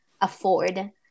afford